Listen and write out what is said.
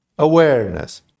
Awareness